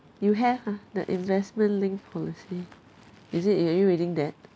you have ah the investment-linked policy is it are you reading that